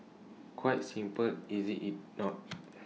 quite simple is IT it not